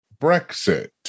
Brexit